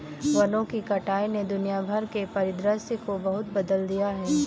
वनों की कटाई ने दुनिया भर के परिदृश्य को बहुत बदल दिया है